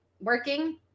working